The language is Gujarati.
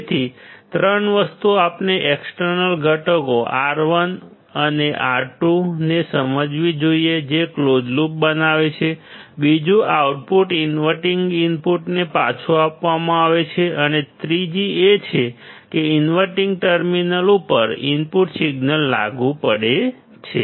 તેથી ત્રણ વસ્તુઓ આપણે એક્સટર્નલ ઘટકો R1 અને R2 ને સમજવી જોઈએ જે ક્લોઝ લૂપ બનાવે છે બીજું આઉટપુટ ઇનવર્ટીંગ ઇનપુટને પાછું આપવામાં આવે છે અને ત્રીજી એ છે કે ઇનવર્ટિંગ ટર્મિનલ ઉપર ઇનપુટ સિગ્નલ લાગુ પડે છે